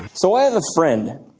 so i have a friend,